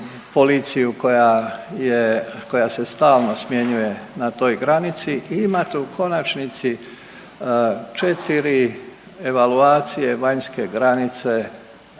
koja se stalno smjenjuje na toj granici i imate u konačnici, 4 evaluacije vanjske granice